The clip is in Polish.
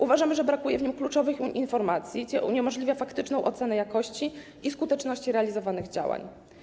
Uważamy, że brakuje w nim kluczowych informacji, co uniemożliwia faktyczną ocenę jakości i skuteczności realizowanych działań.